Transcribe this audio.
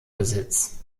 besitz